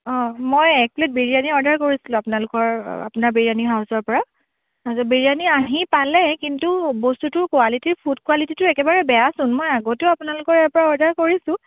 অ' মই এক plate biryani order কৰিছিলোঁ আপোনালোকৰ আপোনাৰ বিৰিয়ানী হাউছৰ পৰা বিৰিয়ানী আহি পালে কিন্তু বস্তুটো কুৱালিটৰ ফুড কুৱালিটিটো একেবাৰে বেয়াচোন মই আগতেও আপোনালোকৰ ইয়াৰ পৰা অৰ্ডাৰ কৰিছোঁ